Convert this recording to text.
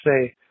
say